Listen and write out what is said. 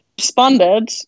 responded